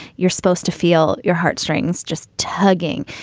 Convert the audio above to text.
you're supposed to feel your heartstrings just tugging.